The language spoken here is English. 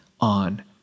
on